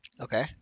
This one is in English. Okay